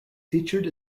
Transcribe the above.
featured